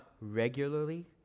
regularly